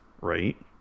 Right